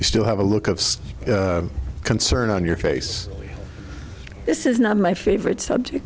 ou still have a look of concern on your face this is not my favorite subject